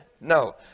No